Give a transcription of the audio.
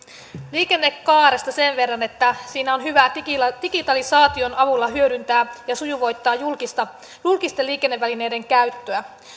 liikennekaaresta sen verran että siinä on hyvää digitalisaation avulla hyödyntää ja sujuvoittaa julkisten liikennevälineiden käyttöä